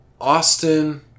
Austin